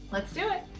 let's do it.